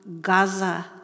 Gaza